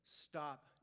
stop